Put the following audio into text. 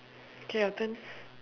okay your turn